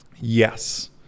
Yes